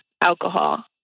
alcohol